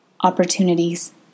Opportunities